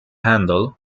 handle